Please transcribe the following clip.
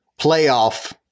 playoff